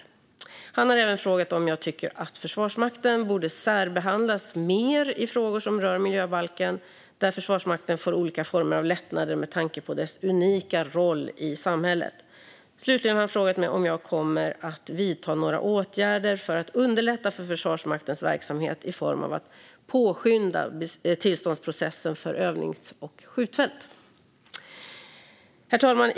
Jörgen Berglund har även frågat om jag tycker att Försvarsmakten borde särbehandlas mer i frågor som rör miljöbalken där Försvarsmakten får olika former av lättnader med tanke på deras unika roll i samhället. Slutligen har han frågat mig om jag kommer att vidta några åtgärder för att underlätta för Försvarsmaktens verksamhet genom att påskynda tillståndsprocessen för övnings och skjutfält. Herr talman!